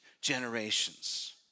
generations